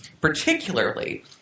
particularly